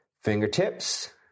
Fingertips